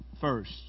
first